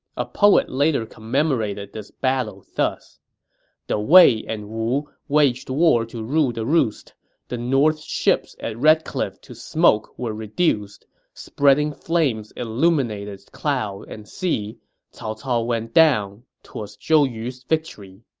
a poet later commemorated this battle thus the wei and wu waged war to rule the roost the north's ships at red cliff to smoke were reduced spreading flames illuminated cloud and sea cao cao went down t'was zhou yu's victory